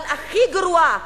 אבל הכי גרועה,